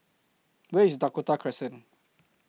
Where IS Dakota Crescent